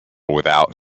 without